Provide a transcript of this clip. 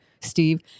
Steve